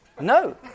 No